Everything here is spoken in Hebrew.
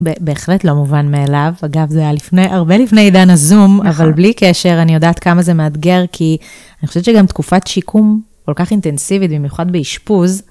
בהחלט לא מובן מאליו, אגב, זה היה הרבה לפני עידן הזום, אבל בלי קשר אני יודעת כמה זה מאתגר, כי אני חושבת שגם תקופת שיקום כל כך אינטנסיבית, במיוחד באשפוז,